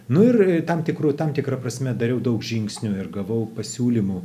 nu ir tam tikru tam tikra prasme dariau daug žingsnių ir gavau pasiūlymų